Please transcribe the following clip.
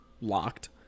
locked